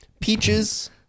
Peaches